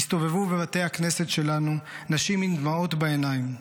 הסתובבו בבתי הכנסת שלנו נשים עם דמעות בעיניים.